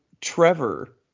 Trevor